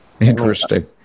Interesting